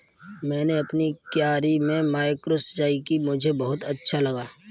मैंने अपनी क्यारी में माइक्रो सिंचाई की मुझे बहुत अच्छा लगा